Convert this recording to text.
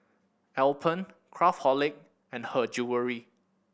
Alpen Craftholic and Her Jewellery